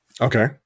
Okay